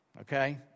Okay